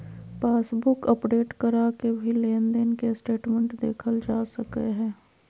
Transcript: passbook update करा के भी लेनदेन के स्टेटमेंट देखल जा सकय हय